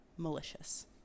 Malicious